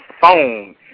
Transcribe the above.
phone